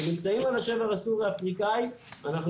שנמצאים על השבר הסורי אפריקאי אנחנו